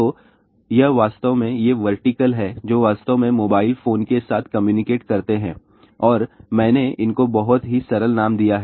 तो यह वास्तव में ये वर्टिकल है जो वास्तव में मोबाइल फोन के साथ कम्यूनिकेट करते हैं और मैंने इनको बहुत ही सरल नाम दिया है